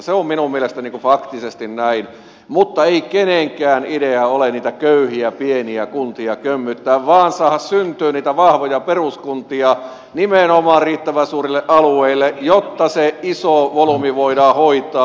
se on minun mielestäni faktisesti näin mutta ei kenenkään idea ole niitä köyhiä pieniä kuntia kömmyyttää vaan saada syntymään niitä vahvoja peruskuntia nimenomaan riittävän suurille alueille jotta se iso volyymi voidaan hoitaa